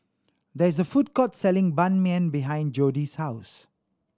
there is a food court selling Ban Mian behind Jodi's house